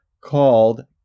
called